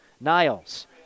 Niles